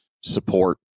support